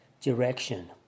direction